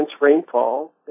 rainfall